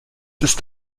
ist